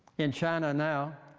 in china now,